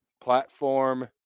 platform